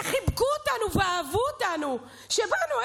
איך חיבקו אותנו ואהבו אותנו כשבאנו.